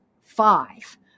five